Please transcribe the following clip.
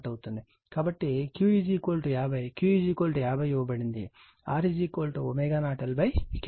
కాబట్టి Q 50 Q 50 ఇవ్వబడింది R ω0L Q